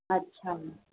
अच्छा